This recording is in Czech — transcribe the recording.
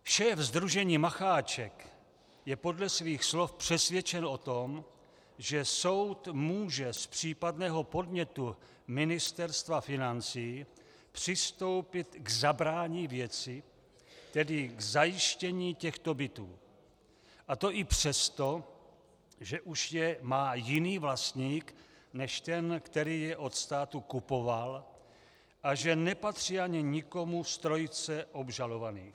Šéf sdružení Macháček je podle svých slov přesvědčen o tom, že soud může z případného podnětu Ministerstva financí přistoupit k zabrání věci, tedy k zajištění těchto bytů, a to i přesto, že už je má jiný vlastník než ten, který je od státu kupoval, a že nepatří ani nikomu z trojice obžalovaných.